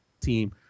team